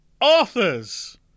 Authors